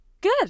Good